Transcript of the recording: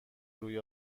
روی